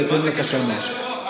בהתאם לתקנון.